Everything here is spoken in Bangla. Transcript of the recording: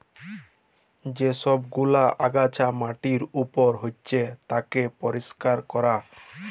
যে সব গুলা আগাছা মাটির উপর হচ্যে তাকে পরিষ্কার ক্যরা